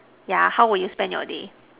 yeah how would you spend your day